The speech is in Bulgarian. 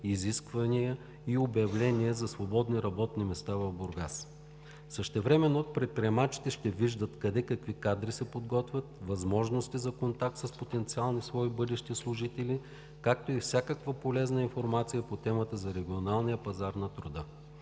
изисквания и обявления за свободни работни места в Бургас. Същевременно предприемачите ще виждат къде какви кадри се подготвят, възможности за контакт с потенциални свои бъдещи служители, както и всякаква полезна информация по темата за регионалния пазар на труда.